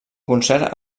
concert